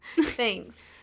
Thanks